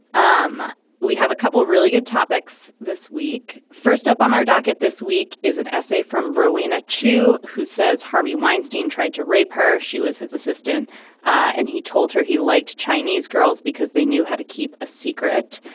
um we have a couple really good topics this week. first up on our docket this week is an essay from rowena chou who says harvey weinstein tried to rape her. she was his assistant and he told her he liked chinese girls because they knew how to keep a secret.